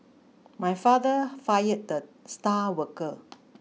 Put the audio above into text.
my father fired the star worker